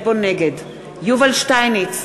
נגד יובל שטייניץ,